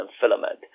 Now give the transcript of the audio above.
filament